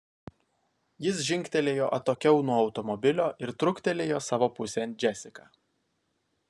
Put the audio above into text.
jis žingtelėjo atokiau nuo automobilio ir truktelėjo savo pusėn džesiką